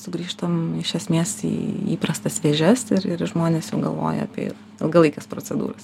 sugrįžtam iš esmės į įprastas vėžes ir ir žmonės jau galvoja apie ilgalaikes procedūras